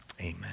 amen